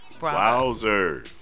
Wowzer